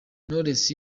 knowless